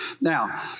Now